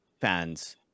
fans